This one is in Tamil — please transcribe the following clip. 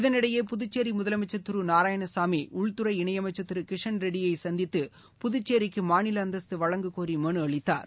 இதனிடையே புதுச்சேரி முதலமைச்சர் திரு நாராயணசாமி உள்துறை இணையமைச்சர் திரு கிஷன் ரெட்டியை சந்தித்து புதுச்சேரிக்கு மாநில அந்தஸ்து வழங்க கோரி மலு அளித்தாா்